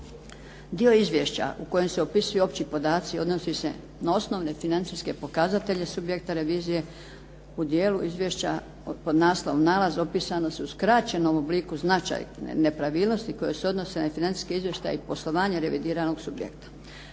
Dio izvješća u kojem se opisuju opći podaci odnosi se na osnovne financijske pokazatelje, subjekte revizije u dijelu izvješća pod naslovom Nalaz …/Govornica se ne razumije./… u skraćenom obliku značaj nepravilnosti koji se odnose na financijski izvještaj i poslovanje revidiranog subjekta.